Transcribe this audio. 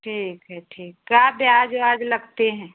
ठीक है ठीक क्या ब्याज व्याज लगते हैं